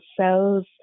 cells